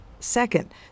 Second